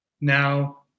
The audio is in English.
now